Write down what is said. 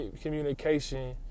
communication